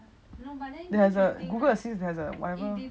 there's a google assist has a whatever